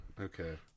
Okay